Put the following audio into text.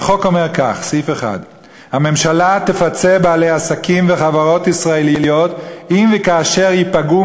החוק אומר כך: הממשלה תפצה בעלי עסקים וחברות ישראליות אם וכאשר ייפגעו